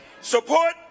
support